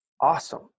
Awesome